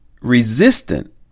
resistant